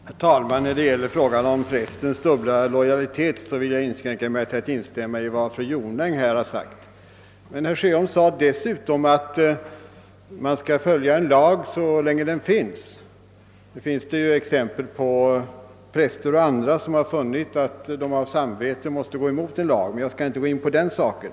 Herr talman! När det gäller frågan om prästens dubbla lojalitet vill jag inskränka mig till att instämma i vad fru Jonäng tidigare sagt. Herr Sjöholm sade dessutom, att man skall följa en lag så länge den finns. Det finns exempel på präster och andra, som har funnit att de på grund av samvetsbetänkligheter måste gå emot en lag, men jag skall inte gå in på den saken.